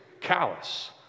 callous